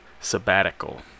sabbatical